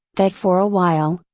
that for a while,